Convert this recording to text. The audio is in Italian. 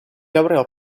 laureò